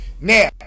Now